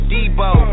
Debo